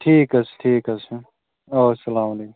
ٹھیٖک حظ چھُ ٹھیٖک حظ چھُ اسَلامُ علیکُم